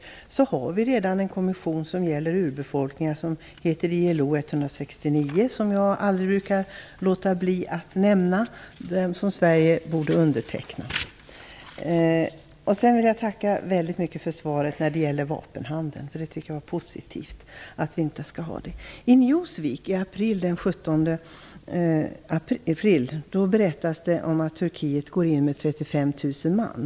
Men vi har redan en konvention som gäller urbefolkningar, ILO 169 som jag inte kan låta bli att nämna och som jag tycker att Sverige borde underteckna. Vidare vill jag tacka för beskedet vad gäller vapenhandeln. Det är positivt att vi inte skall ha någon sådan. I Newsweek den 17 april berättas det om att Turkiet går in med 35 000 man.